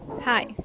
Hi